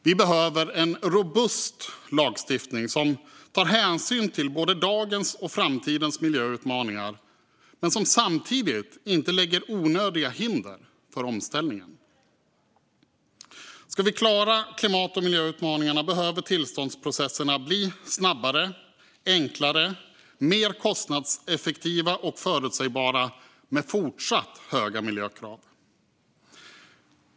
Vi behöver robust lagstiftning som tar hänsyn till både dagens och framtidens miljöutmaningar och samtidigt inte skapar onödiga hinder för omställningen. Ska vi klara klimat och miljöutmaningarna behöver tillståndsprocesserna bli snabbare, enklare, mer kostnadseffektiva och mer förutsägbara med fortsatt höga miljökrav.